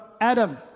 Adam